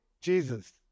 Jesus